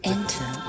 Enter